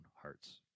hearts